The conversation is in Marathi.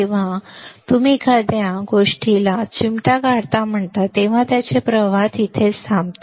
जेव्हा तुम्ही एखाद्या गोष्टीला चिमटा काढता तेव्हा ते त्याचे प्रवाह तिथेच थांबते